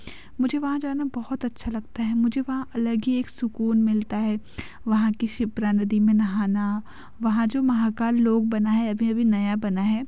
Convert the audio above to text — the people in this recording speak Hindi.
मुझे वहाँ जाना बहुत अच्छा लगता है मुझे वहाँ अलग ही एक सुकून मिलता है वहाँ की शिप्रा नदी में नहाना वहाँ जो महाकाल लोक बना है अभी अभी नया बना है